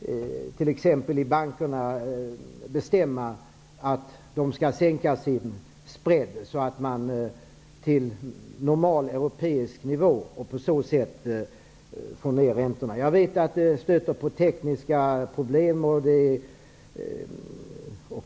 i t.ex. bankerna bestämma att de skall sänka sin spridning till normal europeisk nivå och på så sätt få ned räntorna. Jag vet att det stöter på tekniska problem.